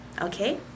okay